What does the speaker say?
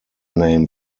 name